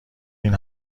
این